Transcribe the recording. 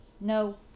no